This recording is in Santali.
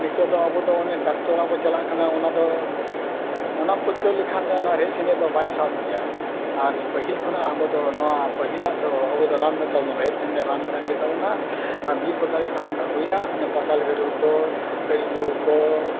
ᱱᱤᱛᱳᱜ ᱫᱚ ᱟᱵᱚ ᱫᱚ ᱚᱱᱮ ᱰᱟᱠᱛᱚᱨ ᱚᱲᱟᱜ ᱵᱚᱱ ᱪᱟᱞᱟᱜ ᱠᱟᱱᱟ ᱚᱱᱟ ᱫᱚ ᱚᱱᱟᱢ ᱯᱟᱹᱨᱠᱟᱹᱣ ᱞᱮᱠᱷᱟᱱ ᱫᱚ ᱱᱚᱣᱟ ᱨᱮᱦᱮᱫ ᱥᱮᱸᱫᱮᱫ ᱫᱚ ᱵᱟᱭ ᱥᱟᱵ ᱜᱮᱭᱟ ᱟᱨ ᱯᱟᱹᱦᱤᱞ ᱠᱷᱚᱱᱟᱜ ᱟᱵᱚ ᱫᱚ ᱱᱚᱣᱟ ᱯᱟᱹᱦᱤᱞᱟᱜ ᱫᱚ ᱟᱵᱚ ᱫᱚ ᱨᱟᱱ ᱫᱚ ᱛᱟᱵᱚᱱᱟ ᱨᱮᱦᱮᱫ ᱥᱮᱸᱫᱮᱫ ᱨᱟᱱ ᱠᱟᱱ ᱜᱮᱛᱟᱵᱚᱱᱟ ᱟᱨ ᱵᱤᱨ ᱯᱟᱠᱟᱲᱤ ᱠᱷᱚᱱ ᱵᱚᱱ ᱟᱹᱜᱩᱭᱟ ᱚᱱᱟ ᱯᱟᱛᱟᱞ ᱜᱟᱹᱲᱩᱲ ᱠᱚ ᱠᱟᱹᱲᱤ ᱵᱩᱦᱩ ᱠᱚ